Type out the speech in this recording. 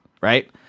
right